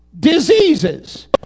Diseases